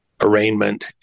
arraignment